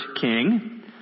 king